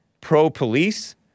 pro-police